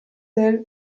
del